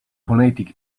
phonetic